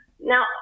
Now